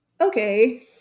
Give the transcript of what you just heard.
okay